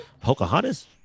pocahontas